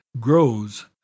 grows